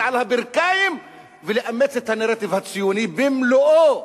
על הברכיים ולאמץ את הנרטיב הציוני במלואו.